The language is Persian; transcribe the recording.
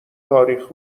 تاریخ